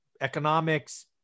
economics